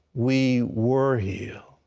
we were healed.